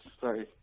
Sorry